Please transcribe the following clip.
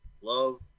love